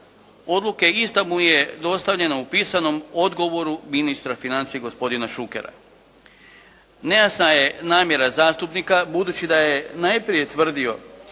odluke ista mu je dostavljena u pisanom odgovoru ministra financija gospodina Šukera. Nejasna je namjera zastupnika budući da je najprije tvrdio